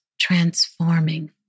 transforming